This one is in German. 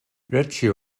reggie